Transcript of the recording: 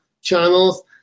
channels